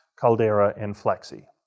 calder, ah and flexi.